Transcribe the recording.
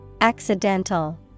Accidental